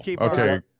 Okay